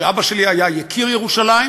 ואבא שלי היה יקיר ירושלים,